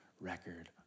record